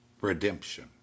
redemption